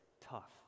tough